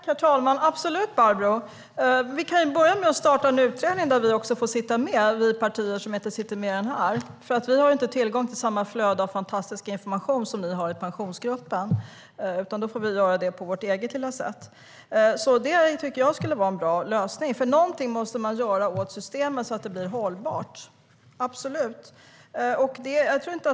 Herr talman! Absolut, Barbro! Vi kan börja med att starta en utredning där vi också får sitta med. Vi partier som inte är med i den här har nämligen inte tillgång till samma flöde av fantastisk information som ni i Pensionsgruppen har. Vi får göra det på vårt eget lilla sätt i stället. Det skulle alltså vara en bra lösning. Någonting måste man göra åt systemet, så att det blir hållbart.